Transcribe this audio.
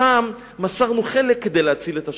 שם מסרנו חלק כדי להציל את השאר.